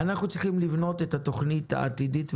אנחנו צריכים לבנות את התוכנית העתידית,